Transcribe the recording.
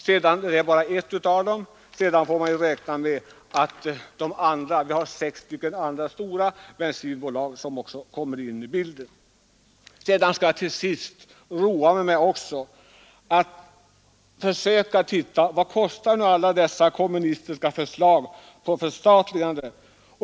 Det är bara ett av bolagen; vi har sex andra stora bensinbolag, som också skall med i bilden.